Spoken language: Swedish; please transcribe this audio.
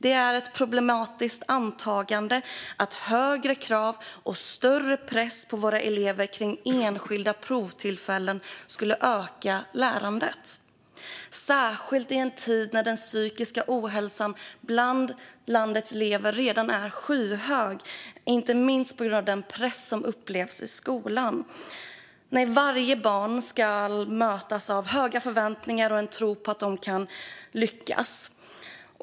Det är ett problematiskt antagande att högre krav och större press på våra elever kring enskilda provtillfällen skulle öka lärandet, särskilt i en tid då den psykiska ohälsan bland landets elever redan är skyhög, inte minst på grund av den press de upplever i skolan. Varje barn ska mötas av höga förväntningar och en tro på att de kan lyckas.